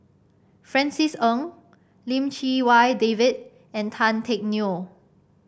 Francis Ng Lim Chee Wai David and Tan Teck Neo